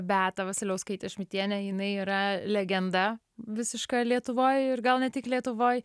beatą vasiliauskaitę šmidtienę jinai yra legenda visiška lietuvoj ir gal ne tik lietuvoj